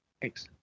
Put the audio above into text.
Thanks